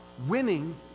Winning